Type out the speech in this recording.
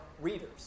readers